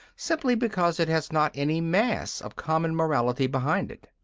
simply because it has not any mass of common morality behind it.